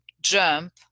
jump